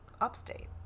Upstate